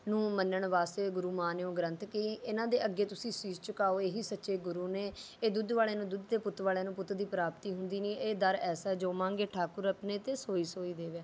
ਨੂੰ ਮੰਨਣ ਵਾਸਤੇ ਗੁਰੂ ਮਾਨਿਓ ਗ੍ਰੰਥ ਕਿ ਇਹਨਾਂ ਦੇ ਅੱਗੇ ਤੁਸੀਂ ਸੀਸ ਝੁਕਾਓ ਇਹੀ ਸੱਚੇ ਗੁਰੂ ਨੇ ਇਹ ਦੁੱਧ ਵਾਲਿਆਂ ਨੂੰ ਦੁੱਧ ਅਤੇ ਪੁੱਤ ਵਾਲਿਆਂ ਨੂੰ ਪੁੱਤ ਦੀ ਪ੍ਰਾਪਤੀ ਹੁੰਦੀ ਨਹੀਂ ਇਹ ਦਰ ਐਸਾ ਹੈ ਜੋ ਮਾਗਹਿ ਠਾਕੁਰ ਅਪੁਨੇ ਤੇ ਸੋਈ ਸੋਈ ਦੇਵੈ